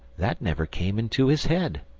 that never came into his head.